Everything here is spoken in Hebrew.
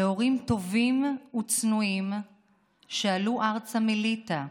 להורים טובים וצנועים שעלו ארצה מליטא,